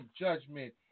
judgment